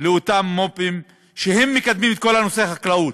לאותם מו"פים שמקדמים את כל נושא החקלאות.